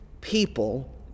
people